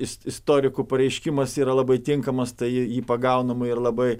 iš istorikų pareiškimas yra labai tinkamas tai ji pagaunama ir labai